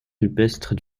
rupestre